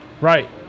Right